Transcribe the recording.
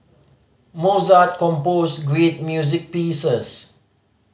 Mozart composed great music pieces